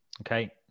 Okay